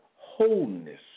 wholeness